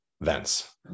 vents